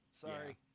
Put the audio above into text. Sorry